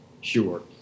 Sure